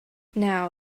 now